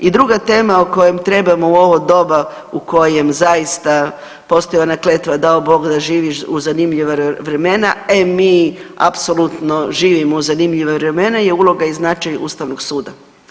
I druga tema o kojem trebamo u ovom doba u kojem zaista postoji ona kletva, dao Bog da živiš u zanimljiva vremena, e mi apsolutno živimo u zanimljiva vremena je uloga i značaj Ustavnog suda.